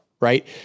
right